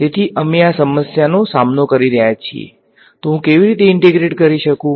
તેથી તમે આ સમસ્યાનો સામનો કરી રહ્યા છો કે હું કેવી રીતે ઈંટેગ્રેટ કરી શકું